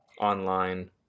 online